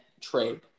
trade